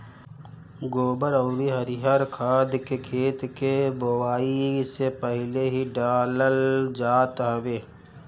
गोबर अउरी हरिहर खाद के खेत के बोआई से पहिले ही डालल जात हवे